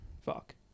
Fuck